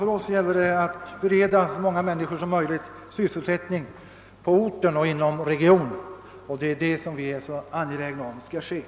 För oss gäller det att bereda så många människor som möjligt sysselsättning i orten och inom regionen.